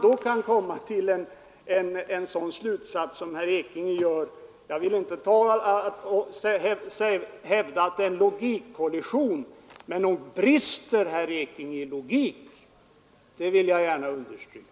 Jag vill inte hävda att det är en logikkollision, men nog brister det i logiken när herr Ekinge kunnat dra en sådan slutsats som den han har dragit när det gäller relationerna mellan arbetsrättskommittén och mig.